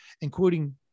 including